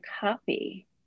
copy